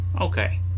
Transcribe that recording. Okay